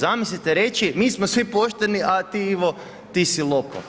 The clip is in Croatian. Zamislite reći, mi smo svi pošteni, a ti Ivo, ti si lopov.